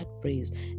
praise